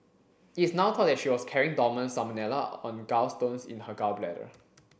it is now thought that she was carrying dormant salmonella on gallstones in her gall bladder